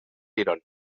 irònic